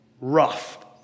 rough